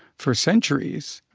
for centuries,